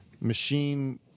machine